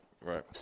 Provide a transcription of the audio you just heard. Right